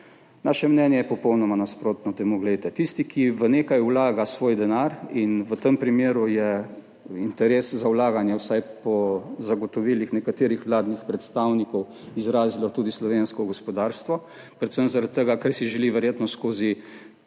Naše mnenje je popolnoma nasprotno temu. Tisti, ki v nekaj vlaga svoj denar, in v tem primeru je interes za vlaganje vsaj po zagotovilih nekaterih vladnih predstavnikov izrazilo tudi slovensko gospodarstvo, predvsem zaradi tega, ker si želi verjetno skozi